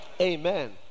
Amen